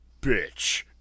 bitch